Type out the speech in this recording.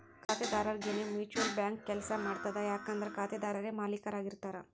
ಖಾತೆದಾರರರಿಗೆನೇ mutual bank ಕೆಲ್ಸ ಮಾಡ್ತದ ಯಾಕಂದ್ರ ಖಾತೆದಾರರೇ ಮಾಲೇಕರಾಗಿರ್ತಾರ